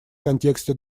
контексте